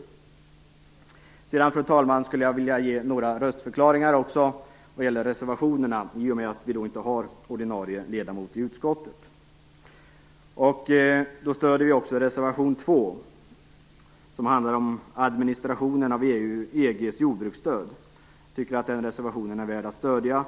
Jag skulle, fru talman, vilja ge några röstförklaringar vad gäller reservationerna, i och med att vi inte har någon ordinarie ledamot i utskottet. Vi stöder reservation 2, som handlar om administrationen av EG:s jordbruksstöd. Jag tycker att den reservationen är värd att stödja.